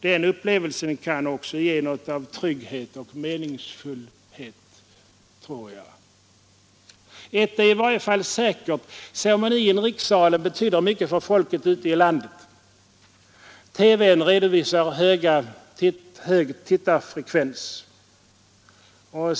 Den upplevelsen kan också ge något av trygghet och meningsfullhet. Ett är i varje fall säkert: Ceremonin i rikssalen betyder mycket för folket ute i landet. TV redovisar hög tittarfrekvens.